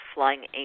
Flying